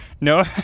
no